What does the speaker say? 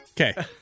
Okay